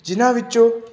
ਜਿਨ੍ਹਾਂ ਵਿੱਚੋਂ